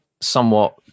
somewhat